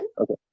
okay